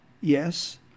Yes